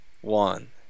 One